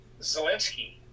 Zelensky